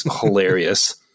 hilarious